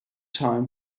time